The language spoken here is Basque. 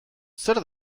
zer